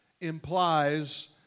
implies